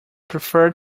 prefer